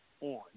on